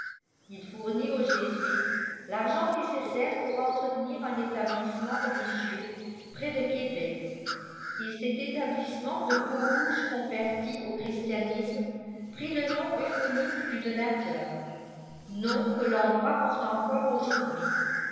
il fournit aux jésuites l'argent nécessaire pour entretenir un établissement religieux près de québec et cet établissement de peaux-rouges convertis au christianisme prit le nom euphonique du donateur nom que l'endroit porte encore aujourd'hui